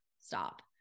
stop